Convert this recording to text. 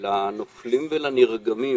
לנופלים ולנרגמים